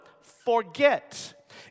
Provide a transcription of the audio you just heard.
forget